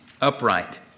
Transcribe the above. upright